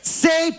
say